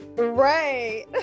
right